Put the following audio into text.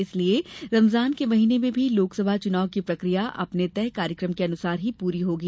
इसलिये रमजान के महीने में भी लोकसभा चुनाव की प्रक्रिया अपने तय कार्यक्रम के अनुसार ही प्ररी होगी